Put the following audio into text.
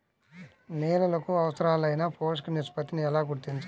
నేలలకు అవసరాలైన పోషక నిష్పత్తిని ఎలా గుర్తించాలి?